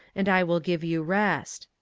and i will give you rest.